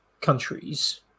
countries